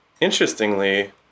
interestingly